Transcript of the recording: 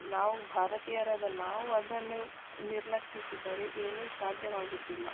ನಾವು ಭಾರತೀಯರಾದ ನಾವು ಅದನ್ನು ನಿರ್ಲಕ್ಷಿಸಿದರೆ ಏನು ಸಾಧ್ಯವಾಗೋದಿಲ್ಲ